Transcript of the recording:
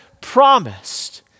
promised